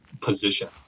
position